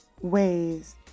ways